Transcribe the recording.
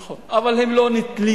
נכון, אבל הם לא נתלים,